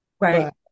right